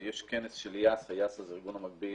יש כנס של YASA זה הארגון המקביל